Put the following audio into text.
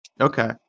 Okay